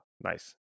nice